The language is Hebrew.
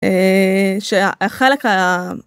שחלק.